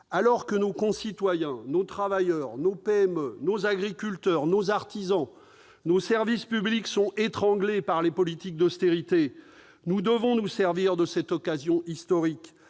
Alors que nos citoyens, nos travailleurs, nos PME, nos agriculteurs, nos artisans, nos services publics sont étranglés par les politiques d'austérité, nous devons saisir cette occasion historique.